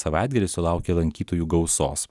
savaitgalį sulaukė lankytojų gausos